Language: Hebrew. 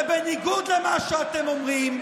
ובניגוד למה שאתם אומרים,